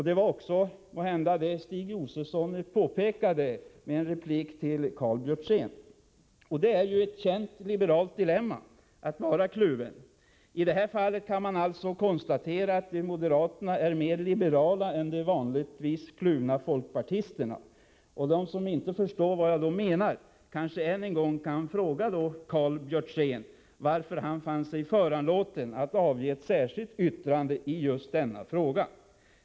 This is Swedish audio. Det var måhända det som Stig Josefson påpekade i en replik till Karl Björzén. Det är ju ett känt liberalt dilemma att vara kluven. I det här fallet kan man alltså konstatera att moderaterna är mer liberala än de vanligtvis kluvna folkpartisterna. De som inte förstår vad jag menar kan kanske än en gång fråga Karl Björzén varför han fann sig föranlåten att avge ett särskilt yttrande i just denna fråga.